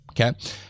Okay